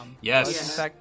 Yes